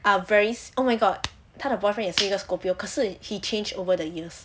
are very si~ oh my god 她的 boyfriend 也是一个 scorpio 可是 he changed over the years